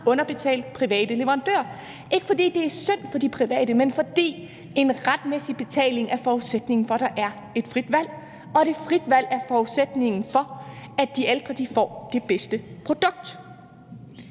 underbetalt private leverandører, ikke fordi det er synd for de private, men fordi en retmæssig betaling er forudsætningen for, at der er et frit valg, og et frit valg er forudsætningen for, at de ældre får det bedste produkt.